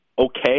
Okay